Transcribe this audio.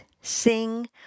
sing